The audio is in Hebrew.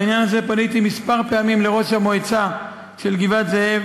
בעניין הזה פניתי פעמים אחדות לראש המועצה של גבעת-זאב